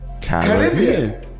Caribbean